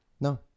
no